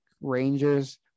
rangers